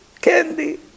Candy